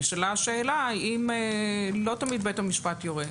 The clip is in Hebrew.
נשאלה השאלה אם לא תמיד בית המשפט יורה.